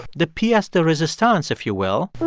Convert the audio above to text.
the piece de resistance if you will.